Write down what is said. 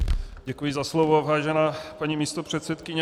Děkuji za slovo, vážená paní místopředsedkyně.